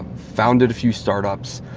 founded a few startups,